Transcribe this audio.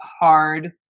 hard